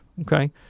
okay